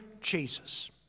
Jesus